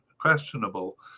questionable